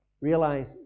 realize